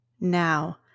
Now